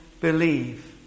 Believe